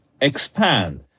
expand